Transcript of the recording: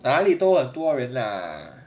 哪里都很多少人 lah